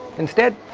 instead,